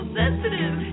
sensitive